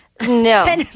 No